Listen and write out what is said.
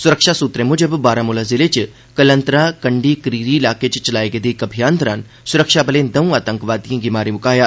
सुरक्षा सूत्रे मूजब बारामुला जिल च कलन्त्रा कड़ी करिरी इलाक च चलाए गद्व इक अभियान दौरान सुरक्षाबलें दौंऊ आतक्कवादियें गी मारी मुकाया